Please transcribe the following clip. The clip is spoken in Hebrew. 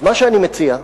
מה שאני מציע: